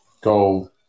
go